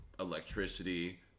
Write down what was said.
electricity